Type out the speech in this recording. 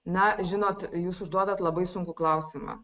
na žinot jūs užduodat labai sunkų klausimą